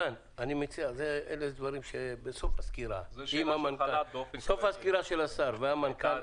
מתן, זה בסקירה של השר ושל המנכ"ל,